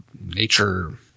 nature